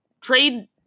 trade